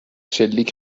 شلیک